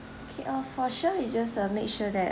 okay uh for sure you just uh make sure that